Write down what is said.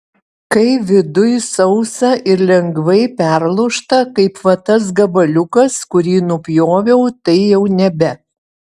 kai viduj sausa ir lengvai perlūžta kaip va tas gabaliukas kurį nupjoviau tai jau nebe